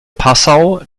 passau